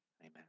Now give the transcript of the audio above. Amen